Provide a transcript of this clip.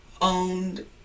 owned